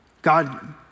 God